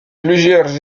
plusieurs